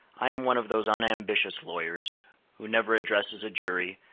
i am one of those unambitious lawyers who never addresses a jury,